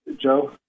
Joe